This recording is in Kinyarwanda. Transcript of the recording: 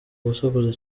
gusakuza